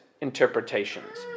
interpretations